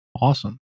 Awesome